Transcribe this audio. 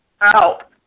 out